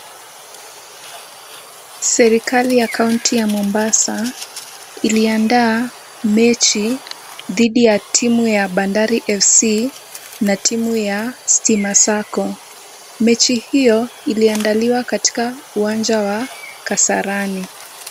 Serikali ya kaunti ya Mombasa, iliandaa mechi dhidi ya timu ya Bandari FC na timu ya Stima Sacco. Mechi hiyo, iliandaliwa katika uwanja wa Kasarani.